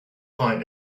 find